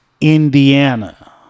Indiana